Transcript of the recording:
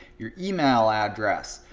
your email address,